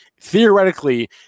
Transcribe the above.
theoretically